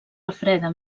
refreda